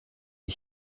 est